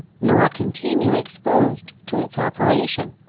nor continue exposed to its operation.